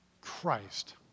Christ